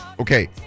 Okay